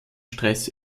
stress